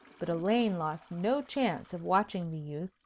but elaine lost no chance of watching the youth,